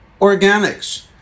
Organics